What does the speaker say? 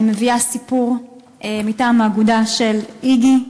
אני מביאה סיפור מטעם האגודה "איגי",